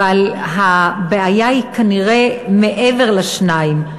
אבל הבעיה היא כנראה מעבר לשניים.